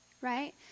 right